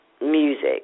Music